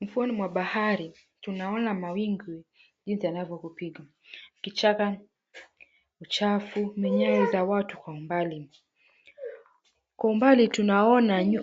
Ufuoni mwa bahari tunaona mawingu jinsi yanavyogupika. Kichaka uchafu, minyawe za watu kwa umbali. Kwa umbali tunaona